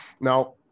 Now